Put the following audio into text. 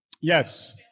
Yes